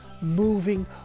moving